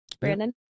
Brandon